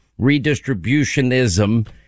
redistributionism